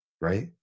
Right